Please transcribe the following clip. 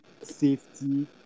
safety